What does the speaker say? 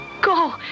Go